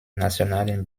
nationalen